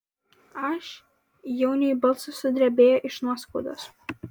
aš jauniui balsas sudrebėjo iš nuoskaudos